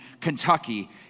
Kentucky